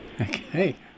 Okay